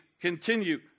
continue